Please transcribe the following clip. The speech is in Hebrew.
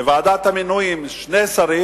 מוועדת המינויים שני שרים.